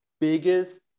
biggest